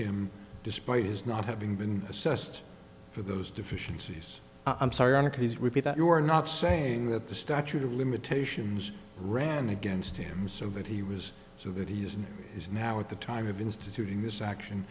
him despite his not having been assessed for those deficiencies i'm sorry under his repeat that you are not saying that the statute of limitations ran against him so that he was so that he is now is now at the time of instituting this action